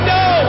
no